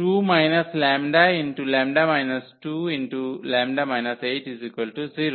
⇒2 - 𝜆𝜆 2𝜆 80